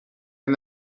این